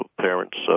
parents